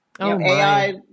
AI